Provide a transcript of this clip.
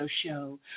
show